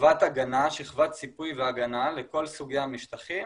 שכבת ציפוי והגנה, לכל סוגי המשטחים